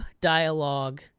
dialogue